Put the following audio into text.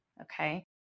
okay